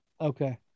okay